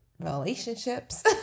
relationships